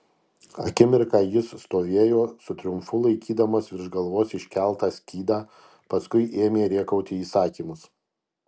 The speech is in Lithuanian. akimirką jis stovėjo su triumfu laikydamas virš galvos iškeltą skydą paskui ėmė rėkauti įsakymus